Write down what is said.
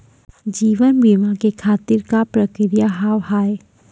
जीवन बीमा के खातिर का का प्रक्रिया हाव हाय?